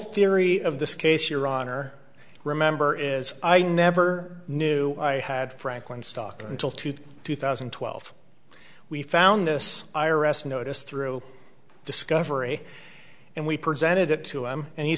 theory of this case your honor remember is i never knew i had franklin stock until today two thousand and twelve we found this i r s notice through discovery and we presented it to him and he